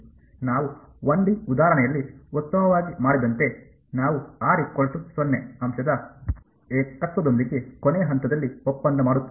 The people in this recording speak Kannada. ನಾವು 1 ಡಿ ಉದಾಹರಣೆಯಲ್ಲಿ ಉತ್ತಮವಾಗಿ ಮಾಡಿದಂತೆ ನಾವು ಅಂಶದ ಏಕತ್ವದೊಂದಿಗೆ ಕೊನೆಯ ಹಂತದಲ್ಲಿ ಒಪ್ಪಂದ ಮಾಡುತ್ತೇವೆ